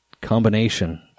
combination